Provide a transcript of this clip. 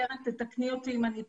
קרן, תתקני אותי אם אני טועה.